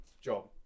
job